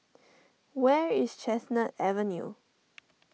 where is Chestnut Avenue